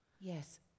Yes